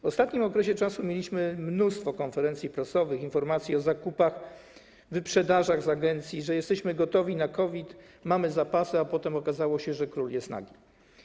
W ostatnim okresie mieliśmy mnóstwo konferencji prasowych, informacji o zakupach, wyprzedażach z agencji, że jesteśmy gotowi na COVID, mamy zapasy, a potem okazało się, że król jest nagi.